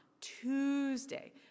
Tuesday